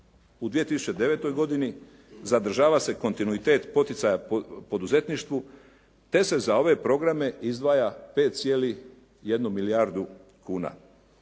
U 2009. godini. Zadržava se kontinuitet poticaja poduzetništvu, te se za ove programe izdvaja 5,1 milijardu kuna.